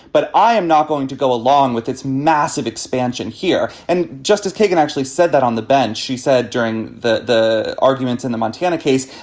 but i am not going to go along with its massive expansion here. and justice kagan actually said that on the bench. she said during the the arguments in the montana case,